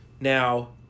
Now